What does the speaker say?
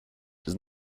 does